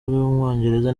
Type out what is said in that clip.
w’umwongereza